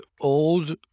old